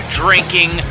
drinking